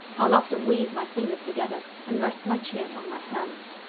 i'll often weave my fingers together and rest my chin on my hands.